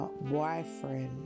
boyfriend